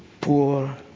poor